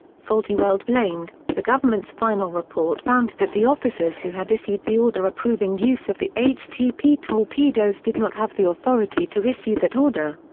faulty weld blamed the government's final report found that the officers who had issued the order approving use of the htp torpedoes did not have the authority to issue that order.